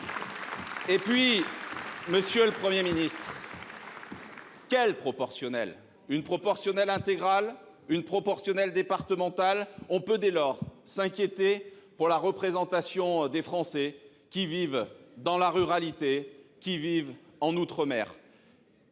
Et puis, monsieur le Premier ministre, quelle proportionnelle ? Une proportionnelle intégrale ? Une proportionnelle départementale ? On peut dès lors s'inquiéter pour la représentation des Français qui vivent dans la ruralité, qui vivent en outre-mer.